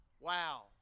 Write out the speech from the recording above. Wow